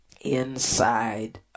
inside